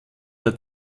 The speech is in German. der